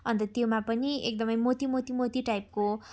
अन्त त्योमा पनि एकदमै मोती मोती मोती टाइपको